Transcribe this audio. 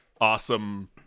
awesome